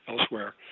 elsewhere